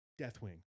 deathwing